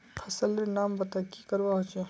फसल लेर नाम बता की करवा होचे?